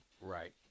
Right